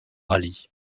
ali